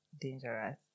dangerous